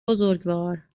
بزرگوار